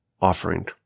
offering